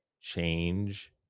change